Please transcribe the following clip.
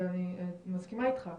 ואני מסכימה איתך,